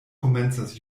komencas